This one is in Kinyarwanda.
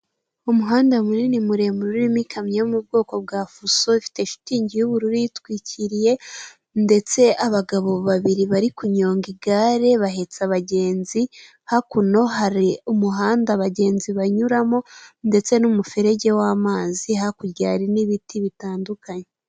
Umuhanda munini muremure irimo ikamyo yo mubwoko bwa fuso, ifite shitingi y'ubururu iyitwikiriye, ndetse n'abagabo babiri bari kunyonga igare bahetse abagenzi, hakuno hari umuhanda abagenzi banyuramo ndetse n'umuferege w'amazi, hakurya hari n'ibiti bitandukanye.